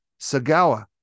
Sagawa